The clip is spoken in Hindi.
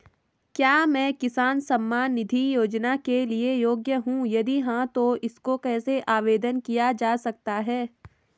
क्या मैं किसान सम्मान निधि योजना के लिए योग्य हूँ यदि हाँ तो इसको कैसे आवेदन किया जा सकता है?